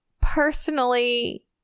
personally